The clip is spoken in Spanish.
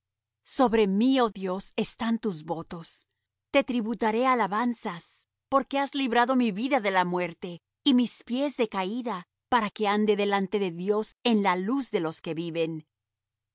sobre mí oh dios están tus votos te tributaré alabanzas porque has librado mi vida de la muerte y mis pies de caída para que ande delante de dios en la luz de los que viven